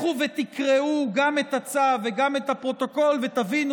לכו ותקראו גם את הצו וגם את הפרוטוקול ותבינו